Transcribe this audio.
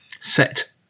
set